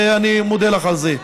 ואני מודה לך על זה.